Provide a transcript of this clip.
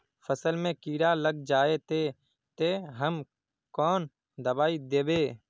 फसल में कीड़ा लग जाए ते, ते हम कौन दबाई दबे?